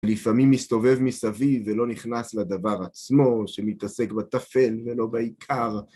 לפעמים מסתובב מסביב ולא נכנס לדבר עצמו, שמתעסק בטפל ולא בעיקר.